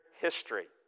history